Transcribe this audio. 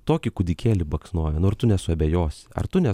tokį kūdikėlį baksnoja nu ar tu nesuabejosi ar tu ne